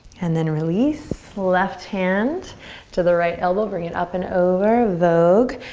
and then release. left hand to the right elbow, bring it up and over, vogue.